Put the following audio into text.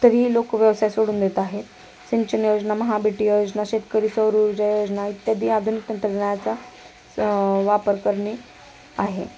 तरीही लोक व्यवसाय सोडून देत आहेत सिंचन योजना महाबेटी योजना शेतकरी सौरऊर्जा योजना इत्यादी आधुनिक तंत्रज्ञानाचा च वापर करणे आहे